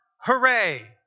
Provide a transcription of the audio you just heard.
Hooray